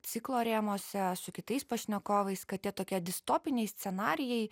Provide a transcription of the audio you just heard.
ciklo rėmuose su kitais pašnekovais kad tie tokie distopiniai scenarijai